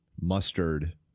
mustard